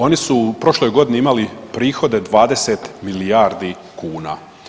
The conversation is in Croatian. Oni su u prošloj godini imali prihode 20 milijardi kuna.